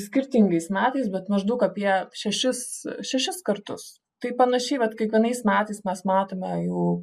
skirtingais metais bet maždaug apie šešis šešis kartus tai panašiai vat kiekvienais metais mes matome jų